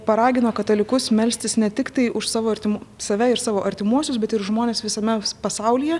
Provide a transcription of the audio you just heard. paragino katalikus melstis ne tiktai už savo artimu save ir savo artimuosius bet ir už žmones visame pasaulyje